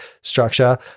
structure